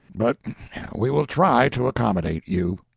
but we will try to accommodate you.